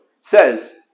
says